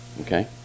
Okay